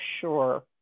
sure